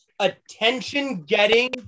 attention-getting